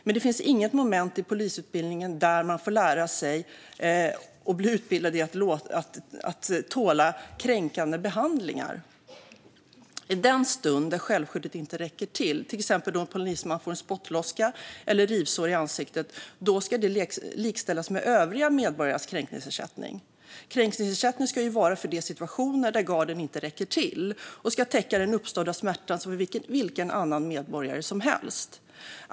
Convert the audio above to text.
Men det finns inget moment i polisutbildningen där man blir utbildad i att tåla kränkande behandling. När självskyddet inte räcker till, exempelvis då en polisman får en spottloska eller ett rivsår i ansiktet, ska rätten till kränkningsersättning likställas med övriga medborgares rätt till kränkningsersättning. Kränkningsersättningen är ju till för de situationer där garden inte räcker till, och den ska täcka den uppstådda smärtan, precis som för vilken annan medborgare som helst.